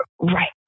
Right